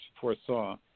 foresaw